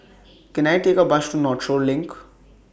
Can I Take A Bus to Northshore LINK